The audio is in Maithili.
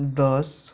दस